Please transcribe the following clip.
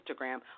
Instagram